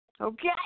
Okay